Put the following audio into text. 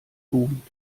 boomt